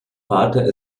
vater